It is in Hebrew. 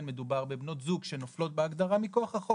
מדובר בבנות זוג שנופלות בהגדרה מכוח החוק,